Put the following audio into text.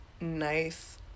Nice